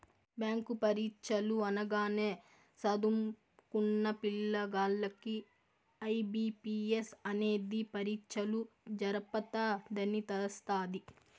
bank పరీచ్చలు అనగానే సదుంకున్న పిల్లగాల్లకి ఐ.బి.పి.ఎస్ అనేది పరీచ్చలు జరపతదని తెలస్తాది